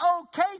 okay